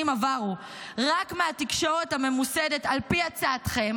עברו רק מהתקשורת הממוסדת על פי הצעתכם,